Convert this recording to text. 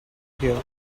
here